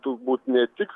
turbūt ne tik